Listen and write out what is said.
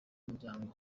muryango